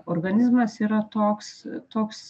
organizmas yra toks toks